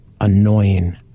annoying